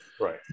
Right